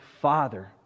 father